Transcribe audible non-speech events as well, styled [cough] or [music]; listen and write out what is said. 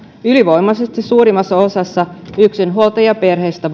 ylivoimaisesti suurimmassa osassa yksinhuoltajaperheistä [unintelligible]